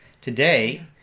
Today